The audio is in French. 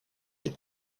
des